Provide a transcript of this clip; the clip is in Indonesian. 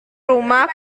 rumah